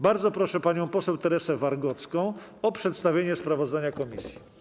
Bardzo proszę panią poseł Teresę Wargocką o przedstawienie sprawozdania komisji.